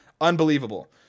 unbelievable